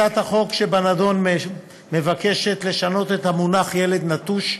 הצעת החוק שבנדון מבקשת לשנות את המונח "ילד נטוש",